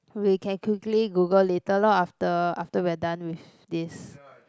we can quickly Google later lor after after we're done with this